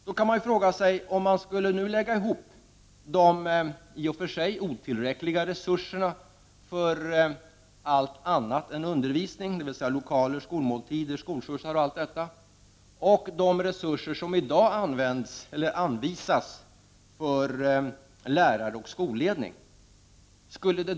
Man kan då fråga om det skulle bli mer pengar om de i och för sig otillräckliga resurserna för allt annat än undervisning, dvs. lokaler, skolmåltider, skolskjutsar, m.m., lades ihop med de resurser som i dag anvisas för lärare och skolledning.